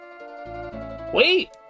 Wait